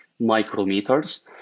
micrometers